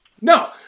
No